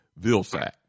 Vilsack